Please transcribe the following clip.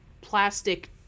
plastic